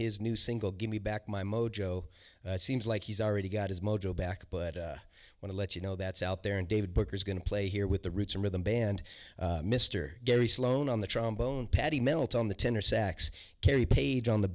his new single give me back my mojo seems like he's already got his mojo back but i want to let you know that's out there and david booker is going to play here with the roots and rhythm band mr gary sloan on the trombone patty melt on the